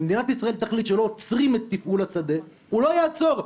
מדינת ישראל תחליט שלא עוצרים את תפעול השדה הוא לא יעצור,